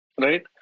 right